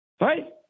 right